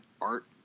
art